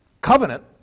covenant